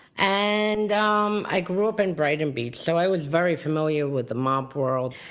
and um i grew up in brighton beach, so i was very familiar with the mob world.